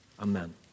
Amen